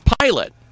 pilot